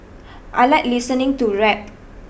I like listening to rap